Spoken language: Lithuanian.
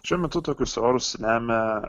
šiuo metu tokius orus lemia